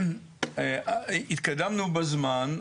1,000. התקדמנו בזמן,